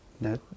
no